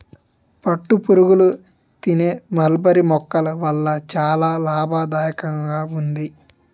పట్టుపురుగులు తినే మల్బరీ మొక్కల వల్ల చాలా లాభదాయకంగా ఉంది